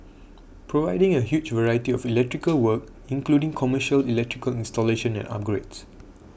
providing a huge variety of electrical work including commercial electrical installation and upgrades